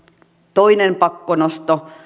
toinen pakkonostohan tuli